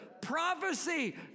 Prophecy